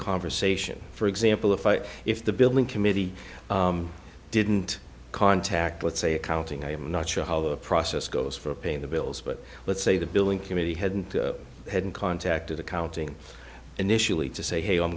conversation for example if i if the building committee didn't contact with say accounting i'm not sure how the process goes for paying the bills but let's say the billing committee hadn't hadn't contacted accounting initially to say hey i'm